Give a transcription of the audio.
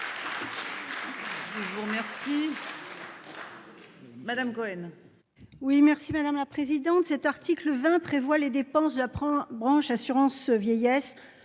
qui viendra après. Madame Cohen. Oui merci madame la présidente. Cet article 20 prévoit les dépenses j'apprends branche assurance vieillesse